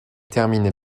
termine